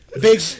big